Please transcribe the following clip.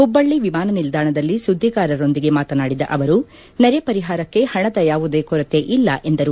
ಪುಬ್ಬಳ್ಳಿ ವಿಮಾನ ನಿಲ್ದಾಣದಲ್ಲಿ ಸುದ್ವಿಗಾರರೊಂದಿಗೆ ಮಾತನಾಡಿದ ಅವರು ನೆರೆ ಪರಿಹಾರಕ್ಕೆ ಪಣದ ಯಾವುದೇ ಕೊರತೆ ಇಲ್ಲ ಎಂದರು